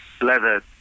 leather